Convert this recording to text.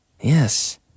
Yes